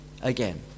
again